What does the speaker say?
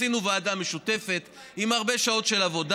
עשינו פה ועדה משותפת עם הרבה שעות של עבודה.